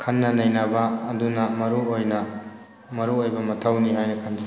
ꯈꯟꯅ ꯅꯩꯅꯕ ꯑꯗꯨꯅ ꯃꯔꯨ ꯑꯣꯏꯅ ꯃꯔꯨ ꯑꯣꯏꯕ ꯃꯊꯧꯅꯤ ꯍꯥꯏꯅ ꯈꯟꯖꯩ